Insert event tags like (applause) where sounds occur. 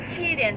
(breath)